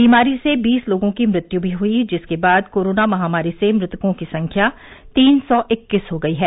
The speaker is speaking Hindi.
बीमारी से बीस लोगों की मृत्यु भी हुई जिसके बाद कोरोना महामारी से मृतकों की संख्या तीन सौ इक्कीस हो गयी है